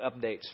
updates